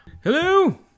Hello